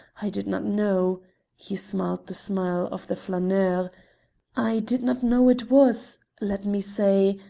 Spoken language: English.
i did not know he smiled the smile of the flaneur i did not know it was, let me say,